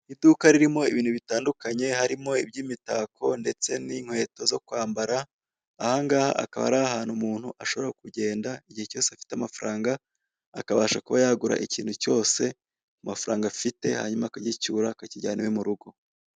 Iduka ririmo ibintu bitandukanye, iby'imitako ndetse n'inkweto zo kwambara, aha ngaha akaba ari ahantu umuntu ashobora kugenda igihe cyose afite amafaranga, akabasha kuba yagura ikintu cyose ku mafaranga afite hanyuma akagicyura akakijyana iwe mu rugo.